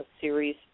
series